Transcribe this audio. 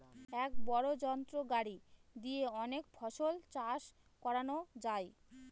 এক বড় যন্ত্র গাড়ি দিয়ে অনেক ফসল চাষ করানো যায়